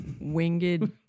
winged